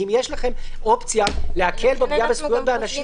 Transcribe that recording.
כי אם יש לכם אופציה להקל בפגיעה בזכויות באנשים --- לכן אנחנו